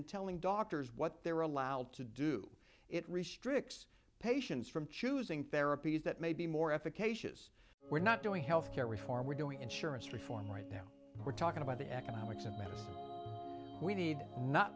and telling doctors what they're allowed to do it restricts patients from choosing therapies that may be more efficacious we're not doing health care reform we're doing insurance reform right now we're talking about the economics of medicine we need not